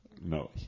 no